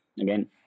again